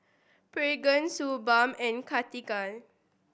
Pregain Suu Balm and Cartigain